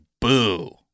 boo